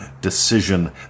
decision